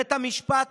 בית המשפט